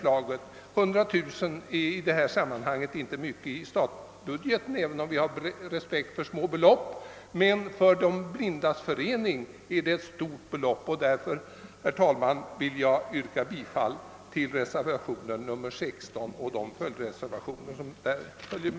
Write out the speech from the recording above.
Beloppet, 100000 kronor, betyder inte mycket i statsbudgeten — även om vi har respekt också för små belopp — men för De blindas förening är det mycket pengar. Herr talman! Jag yrkar bifall till reservationen 16 med följdreservationen 17 a.